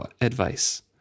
advice